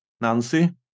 Nancy